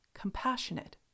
compassionate